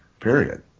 period